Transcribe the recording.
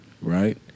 right